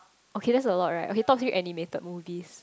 okay that's a lot right okay top three animated movies